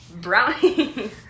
brownie